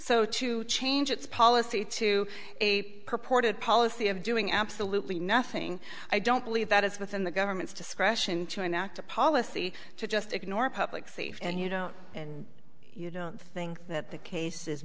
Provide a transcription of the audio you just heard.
so to change its policy to a purported policy of doing absolutely nothing i don't believe that it's within the government's discretion to enact a policy to just ignore public safety and you know you don't think that the case